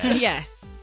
Yes